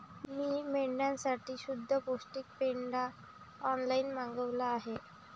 मी मेंढ्यांसाठी शुद्ध पौष्टिक पेंढा ऑनलाईन मागवला आहे